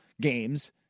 games